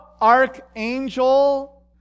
archangel